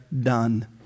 done